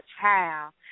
child